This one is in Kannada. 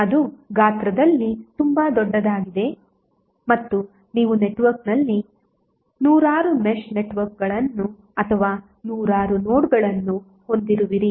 ಅದು ಗಾತ್ರದಲ್ಲಿ ತುಂಬಾ ದೊಡ್ಡದಾಗಿದೆ ಮತ್ತು ನೀವು ನೆಟ್ವರ್ಕ್ನಲ್ಲಿ ನೂರಾರು ಮೆಶ್ ನೆಟ್ವರ್ಕ್ಗಳನ್ನು ಅಥವಾ ನೂರಾರು ನೋಡ್ಗಳನ್ನು ಹೊಂದಿರುವಿರಿ